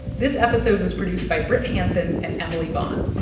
this episode was produced by brit hanson and emily vaughn,